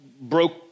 broke